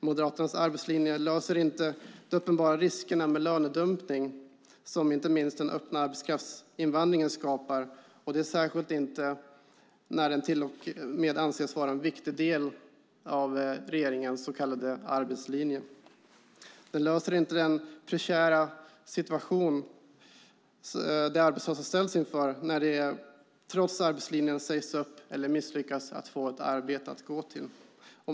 Moderaternas arbetslinje löser inte de uppenbara riskerna med lönedumpning, som inte minst den öppna arbetskraftsinvandringen skapar, och det särskilt inte när den till och med anses vara en viktig del av regeringens så kallade arbetslinje. Den löser inte den prekära ekonomiska situation de arbetslösa ställs inför när de, trots arbetslinjen, sägs upp eller misslyckas med att få ett arbete att gå till.